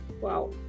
Wow